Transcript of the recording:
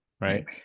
right